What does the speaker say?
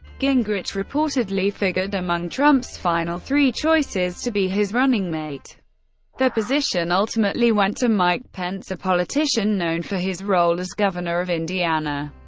gingrich reportedly figured among trump's final three choices to be his running mate the position ultimately went to mike pence, a politician known for his role as governor of indiana.